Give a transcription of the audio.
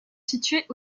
situées